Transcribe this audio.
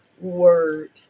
word